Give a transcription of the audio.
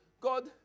God